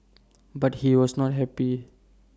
but he was not happy